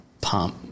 pump